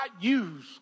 use